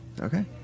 Okay